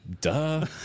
Duh